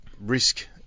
risk